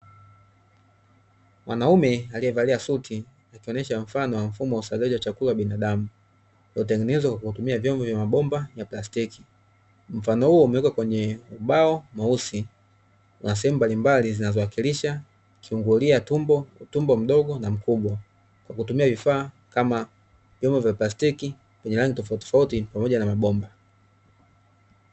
Mwanaume aliyevalia suti, akionyesha mfano wa mfumo wa usagaji wa chakula wa binadamu. Uliotengenezwa kwa kutumia vyombo vya mabomba ya plastiki. Mfano huo umewekwa kwenye ubao mweusi, na sehemu mbalimbali zinazowakilisha kiungulia, tumbo, utumbo mdogo na mkubwa. Kwa kutumia vifaa kama vyombo vya plastiki, vyenye rangi tofauti tofauti pamoja na mabomba.